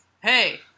hey